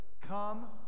come